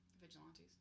vigilantes